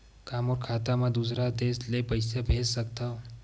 का मोर खाता म दूसरा देश ले पईसा भेज सकथव?